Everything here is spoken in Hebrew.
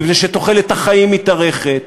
מפני שתוחלת החיים מתארכת,